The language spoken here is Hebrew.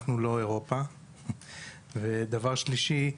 אנחנו לא אירופה; ודבר שלישי,